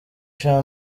sha